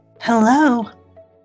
Hello